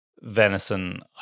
venison